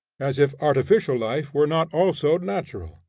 as if artificial life were not also natural.